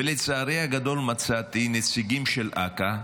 ולצערי הגדול, מצאתי נציגים של אכ"א,